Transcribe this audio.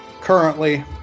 currently